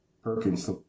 Perkins